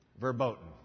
verboten